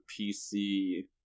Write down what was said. PC